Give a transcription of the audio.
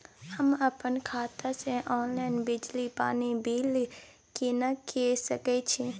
हम अपन खाता से ऑनलाइन बिजली पानी बिल केना के सकै छी?